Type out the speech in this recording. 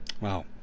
Wow